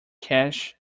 cache